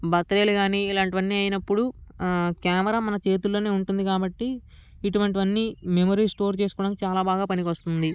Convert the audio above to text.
బర్త్డేలు కానీ ఇలాంటివన్నీ అయినప్పుడు కెమెరా మన చేతుల్లోనే ఉంటుంది కాబట్టి ఇటువంటివన్నీ మెమోరీస్ స్టోర్ చేసుకోవడానికి చాలా బాగా పనికి వస్తుంది